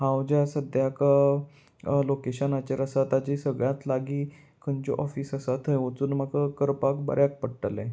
हांव ज्या सद्याक लोकेशनाचेर आसा ताची सगळ्यांत लागीं खंयच्यो ऑफीस आसा थंय वचून म्हाका करपाक बऱ्याक पडटलें